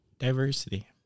Diversity